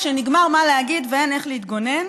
כשנגמר מה להגיד ואין איך להתגונן,